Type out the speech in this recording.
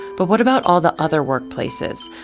but what about all the other workplaces,